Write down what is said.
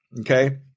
okay